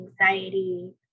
anxiety